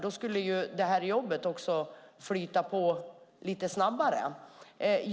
Då skulle det här jobbet också flyta på lite snabbare.